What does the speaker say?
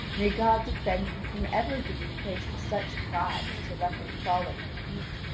may god defend me from ever giving place to such pride as to let them fall at my feet!